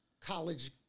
college